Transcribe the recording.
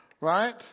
right